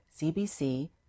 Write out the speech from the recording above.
CBC